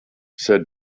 said